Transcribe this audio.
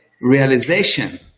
realization